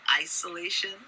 isolation